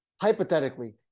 hypothetically